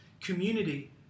community